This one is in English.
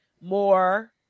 more